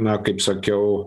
na kaip sakiau